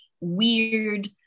weird